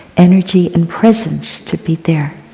energy and presence to be there,